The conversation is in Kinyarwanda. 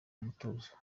mutuzo